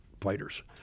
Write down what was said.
fighters